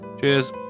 Cheers